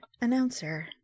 announcer